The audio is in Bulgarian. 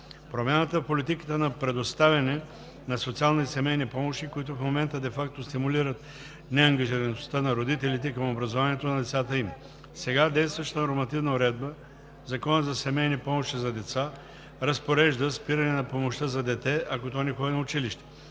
Промяната в политиката на предоставяне на социални и семейни помощи, които в момента де факто стимулират неангажираността на родителите към образованието на децата им. Сега действащата нормативна уредба (Законът за семейни помощи за деца) разпорежда спиране на помощта за дете, ако то не ходи на училище.